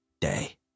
day